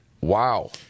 Wow